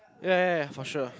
yeah yeah yeah yeah for sure